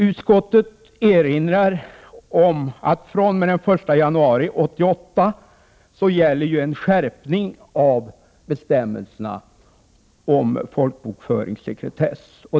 Utskottet erinrar om att fr.o.m. den 1 januari 1988 gäller en skärpning av bestämmelserna om folkbokföringssekretess.